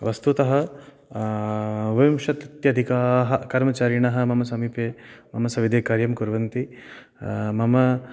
वस्तुतः विंशत्यधिकाः कर्मचारिणः मम समीपे मम सविधे कार्यं कुर्वन्ति मम